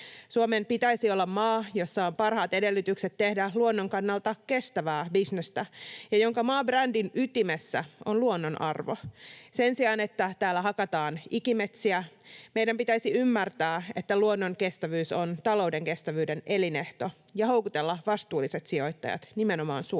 Suomen pitäisi olla maa, jossa on parhaat edellytykset tehdä luonnon kannalta kestävää bisnestä ja jonka maabrändin ytimessä on luonnon arvo. Sen sijaan, että täällä hakataan ikimetsiä, meidän pitäisi ymmärtää, että luonnon kestävyys on talouden kestävyyden elinehto, ja houkutella vastuulliset sijoittajat nimenomaan Suomeen.